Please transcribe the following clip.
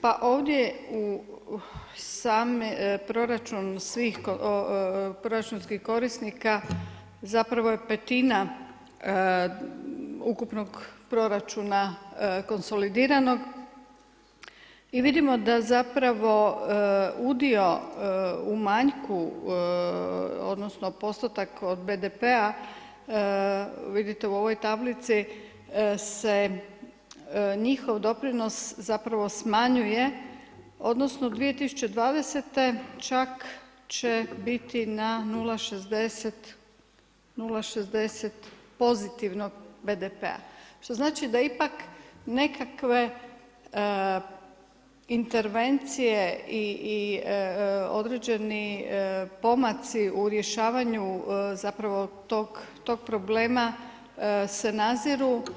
Pa ovdje sam proračun svih proračunskih korisnika zapravo je petina ukupnog proračuna konsolidiranog i vidimo da zapravo udio u manjku odnosno postotak od BDP-a vidite u ovoj tablici se njihov doprinos zapravo smanjuje odnosno 2020. će čak biti na 0,60 pozitivnog BDP-a što znači da ipak nekakve intervencije i određeni pomaci u rješavanju zapravo tog problema se naziru.